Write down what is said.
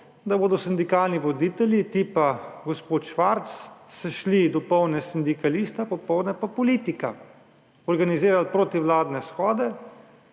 se bodo sindikalni voditelji tipa gospod Švarc šli dopoldne sindikalista, popoldne pa politika, organizirali protivladne shode,